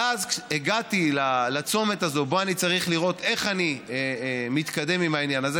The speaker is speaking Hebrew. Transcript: ואז הגעתי לצומת הזה שבו אני צריך לראות איך אני מתקדם עם העניין הזה,